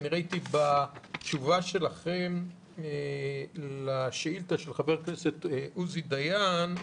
ראיתי בתשובה שלכם לשאילתה של חבר הכנסת עוזי דיין,